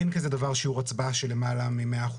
אין כזה דבר שיעור הצבעה של למעלה מ-100%,